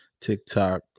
TikTok